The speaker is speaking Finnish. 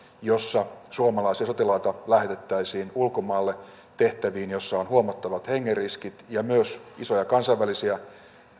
jossa suomalaisia sotilaita lähetettäisiin ulkomaille tehtäviin joissa on huomattavat hengen riskit ja myös isoja kansainvälisiä